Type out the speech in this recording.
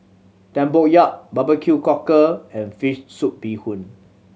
tempoyak barbecue cockle and fish soup bee hoon